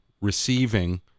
receiving